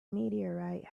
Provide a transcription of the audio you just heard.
meteorite